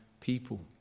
people